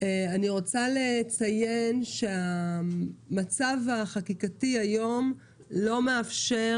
אני רוצה לציין שהמצב החקיקתי היום לא מאפשר